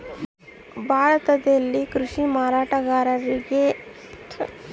ಭಾರತದಲ್ಲಿ ಕೃಷಿ ಮಾರಾಟಗಾರಿಕೆಗ ತೊಡಗಿಸಿಕೊಂಡಿರುವ ಹಲವಾರು ಕೇಂದ್ರ ಸರ್ಕಾರದ ಸಂಸ್ಥೆಗಳಿದ್ದಾವ